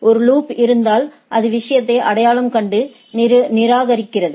ஒரு லூப்இருந்தால் அது விஷயத்தை அடையாளம் கண்டு நிராகரிக்கிறது